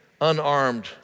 unarmed